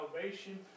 salvation